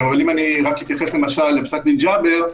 אם אני רק אתייחס לפסק דין ג'אבר,